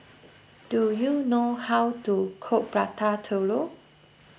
do you know how to cook Prata Telur